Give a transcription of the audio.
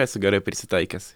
esu gerai prisitaikęs